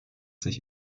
sich